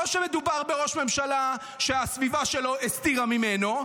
או שמדובר בראש ממשלה שהסביבה שלו הסתירה ממנו,